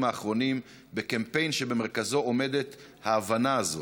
האחרונים בקמפיין שבמרכזו עומדת ההבנה הזאת.